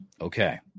Okay